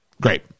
great